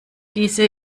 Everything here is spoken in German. diese